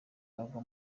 agwa